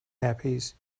nappies